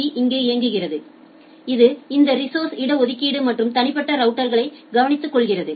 B இங்கே இயங்குகிறது இது இந்த ரிஸோஸர்ஸ் இட ஒதுக்கீடு மற்றும் தனிப்பட்ட ரவுட்டர்களை கவனித்துக்கொள்கிறது